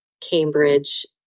Cambridge